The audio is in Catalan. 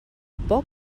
poc